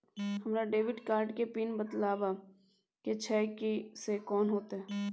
हमरा debit card के PIN बदलवा के छै से कोन होतै?